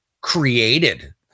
created